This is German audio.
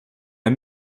der